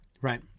right